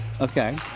Okay